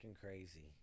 crazy